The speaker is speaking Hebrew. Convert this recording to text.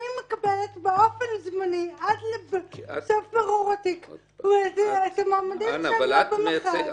אני מקבלת באופן זמני עד לסוף בירור התיק מועמדים שלא במכרז.